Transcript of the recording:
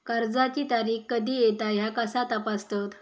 कर्जाची तारीख कधी येता ह्या कसा तपासतत?